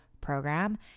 program